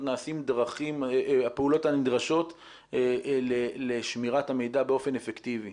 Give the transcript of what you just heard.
נעשות הפעולות הנדרשות לשמירת המידע באופן אפקטיבי,